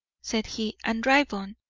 said he, and drive on.